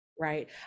right